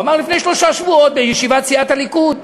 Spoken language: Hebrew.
הוא אמר לפני שבועות בישיבת סיעת הליכוד,